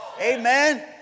Amen